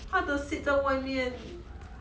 他的 seed 在外面